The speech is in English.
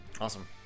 Awesome